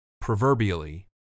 proverbially